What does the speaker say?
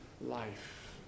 life